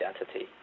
identity